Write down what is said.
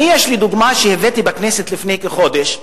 אני, יש לי דוגמה שהבאתי בכנסת לפני כחודש.